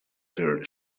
their